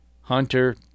Hunter